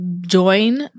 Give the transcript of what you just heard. join